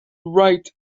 wright